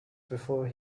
before